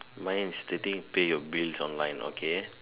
mine is stating pay your bills online okay